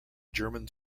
german